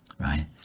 Right